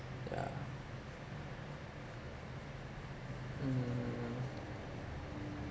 yeah mm